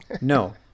No